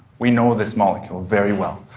we know this molecule very well.